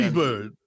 bird